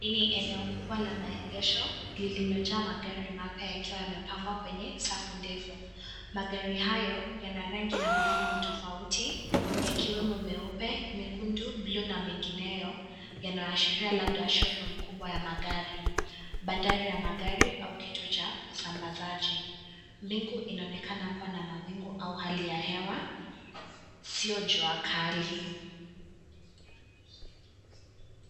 Ili ni eneo kubwa na maegesho lilinojaa magari mapya yakiwa ya mepangwa kwenye safu ndefo. Magari hayo yana rangi na mifumo tofauti yakiwemo meupe, mekundu, bluu na mengineyo yanaashiria labda (cs) showroom (cs) kubwa ya magari. Bandari ya magari au kitocha usambazaji. Mbingu inonekana kuwa na mawingu au hali ya hewa sio jua kali.